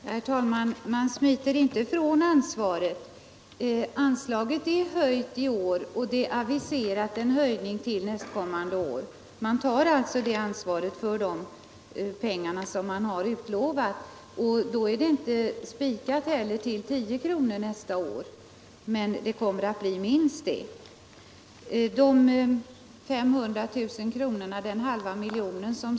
Herr talman! Man smiter inte ifrån ansvaret. Anslaget är höjt i år, och det är aviserat en höjning till nästkommande år. Man tar alltså ansvaret för de pengar som man har utlovat. Och då är det inte heller spikat till 10 kr. nästa år, men det kommer att bli minst det beloppet.